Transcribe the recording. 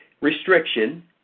restriction